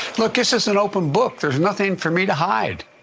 look this is an open book. there's nothing for me to hide,